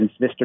mr